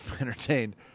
entertained